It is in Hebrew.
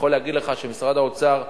אני יכול להגיד לך שמשרד האוצר,